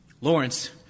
Lawrence